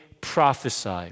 prophesy